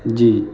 جی